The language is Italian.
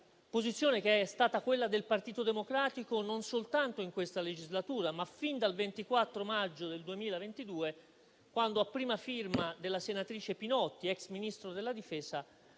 posizione che è stata quella del Partito Democratico non soltanto in questa legislatura, ma fin dal 24 maggio 2022, quando a prima firma della senatrice Pinotti, ex Ministro della difesa,